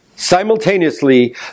Simultaneously